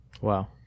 Wow